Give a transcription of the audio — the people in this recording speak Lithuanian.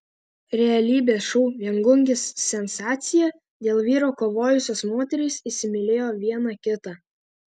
realybės šou viengungis sensacija dėl vyro kovojusios moterys įsimylėjo viena kitą